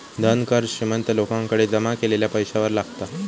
धन कर श्रीमंत लोकांकडे जमा केलेल्या पैशावर लागता